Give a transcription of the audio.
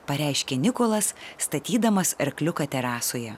pareiškė nikolas statydamas arkliuką terasoje